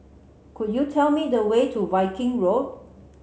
could you tell me the way to Viking Road